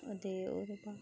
ते